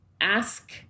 ask